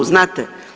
Znate?